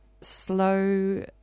slow